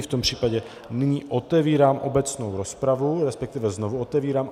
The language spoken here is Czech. V tom případě nyní otevírám obecnou rozpravu, resp. znovu otevírám.